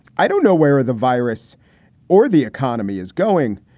i don't know where the virus or the economy is going,